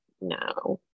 No